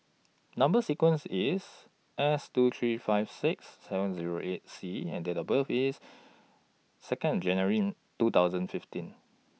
Number sequence IS S two three five six seven Zero eight C and Date of birth IS two January two thousand fifteen